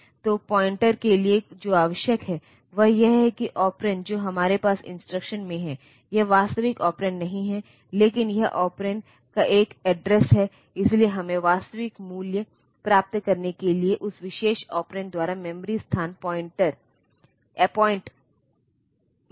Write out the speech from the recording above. तो प्रोग्रामर प्रत्येक assembly language instruction का अनुवाद करता है इस समरूप हेक्साडेसिमल कोड या मशीन लैंग्वेज में और फिर हेक्साडेसिमल कोड को मेमोरी में दर्ज किया जाता है